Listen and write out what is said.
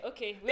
Okay